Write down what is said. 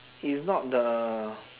it's not the